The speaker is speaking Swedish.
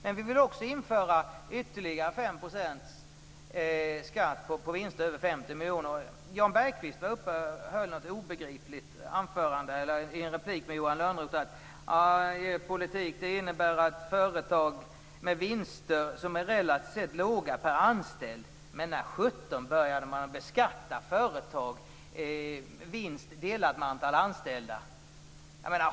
Men vi vill också införa ytterligare 5 % skatt på vinster över 50 miljoner. Jan Bergqvist var obegriplig i sin replik till Johan Lönnroth. Han talade om företag med relativt låga vinster per anställd. Men när sjutton började man beskatta företagsvinsten delad med antalet anställda?